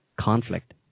conflict